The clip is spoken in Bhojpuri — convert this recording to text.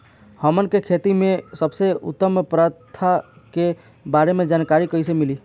हमन के खेती में सबसे उत्तम प्रथा के बारे में जानकारी कैसे मिली?